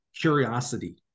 curiosity